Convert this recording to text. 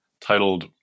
titled